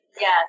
Yes